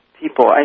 people